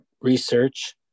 research